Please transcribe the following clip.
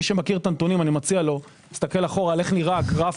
מי שמכיר את הנתונים אני מציע לו להסתכל אחורה איך נראה הגרף